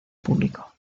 público